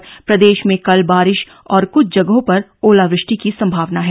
और प्रदेश में कल बारिश और कुछ जगहों पर ओलावृष्टि की संभावना है